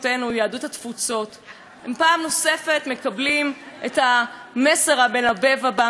הם פעם נוספת מקבלים את המסר המלבב הזה: מדינת ישראל לא סופרת אתכם,